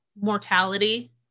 mortality